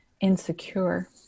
insecure